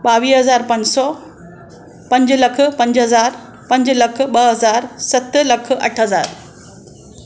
ॿावीह हज़ार पंज सौ पंज लख पंज हज़ार पंज लख ॿ हज़ार सत लख अठ हज़ार